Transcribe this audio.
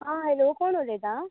आं आयलो कोण उलयता